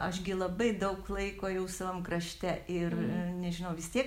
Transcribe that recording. aš gi labai daug laiko jau savam krašte ir nežinau vis tiek